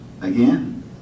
again